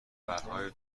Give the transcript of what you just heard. پرهای